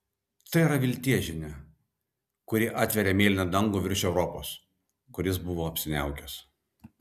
tai yra vilties žinia kuri atveria mėlyną dangų virš europos kuris buvo apsiniaukęs